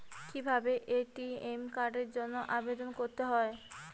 কিভাবে এ.টি.এম কার্ডের জন্য আবেদন করতে হয়?